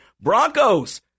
Broncos